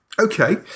Okay